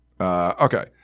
okay